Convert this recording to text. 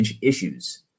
issues